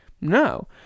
no